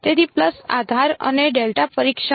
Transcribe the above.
તેથી પલ્સ આધાર અને ડેલ્ટા પરીક્ષણ